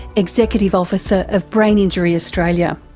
executive officer of brain injury australia.